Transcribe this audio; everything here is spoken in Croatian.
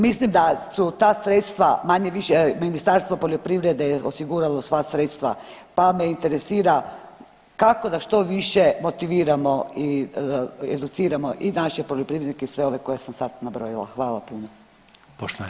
Mislim da su ta sredstva manje-više Ministarstvo poljoprivrede je osiguralo sva sredstva pa me interesira kako da što više motiviramo i educiramo i naše poljoprivrednike i sve ove koje sam sad nabrojila?